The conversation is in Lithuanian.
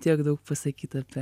tiek daug pasakyt apie